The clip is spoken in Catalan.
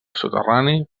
soterrani